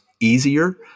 easier